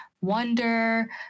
wonder